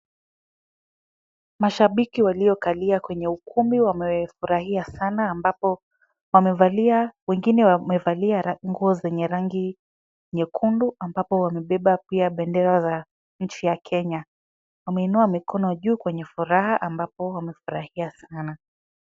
Mashabiki waliokalia kwenye ukumbi wamefurahia sana ambapo wamevalia wengine wamevalia nguo zenye rangi nyekundu ambapo wamebeba pia bendera ya nchi ya Kenya , wameinua mikono juu kwenye furaha ambapo wamefurahia sana.